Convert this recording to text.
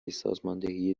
سازماندهی